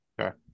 Okay